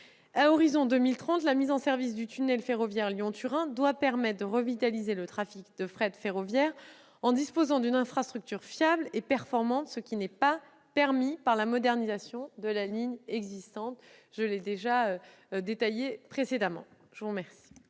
l'horizon de 2030, la mise en service du tunnel ferroviaire Lyon-Turin doit permettre de revitaliser le trafic de fret ferroviaire en disposant d'une infrastructure fiable et performante, ce qui n'est pas permis par la modernisation de la ligne existante. La parole est à M. Jean-Pierre